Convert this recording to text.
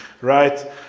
right